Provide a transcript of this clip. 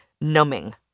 numbing